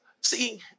see